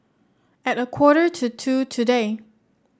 at a quarter to two today